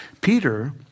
Peter